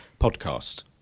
podcast